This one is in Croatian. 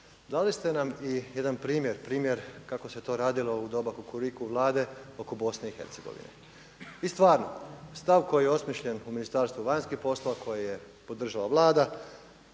Dali ste nam i jedan primjer, primjer kako se to radilo u doba Kukuriku vlade oko BiH. I stvarno, stav koji je osmišljen u Ministarstvu vanjskih poslova koji je podržava vlada,